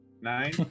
Nine